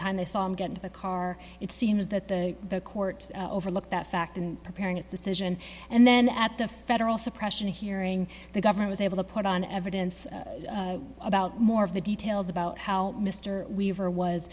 time they saw him get into the car it seems that the court overlooked that fact in preparing its decision and then at the federal suppression hearing the government was able to put on evidence about more of the details about how mr weaver was